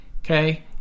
okay